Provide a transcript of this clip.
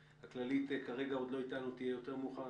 הכללית עוד לא איתנו, היא תהיה מאוחר יותר.